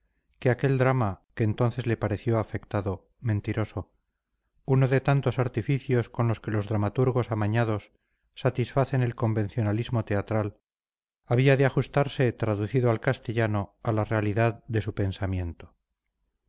saint martin que aquel drama que entonces le pareció afectado mentiroso uno de tantos artificios con que los dramaturgos amañados satisfacen el convencionalismo teatral había de ajustarse traducido al castellano a la realidad de su pensamiento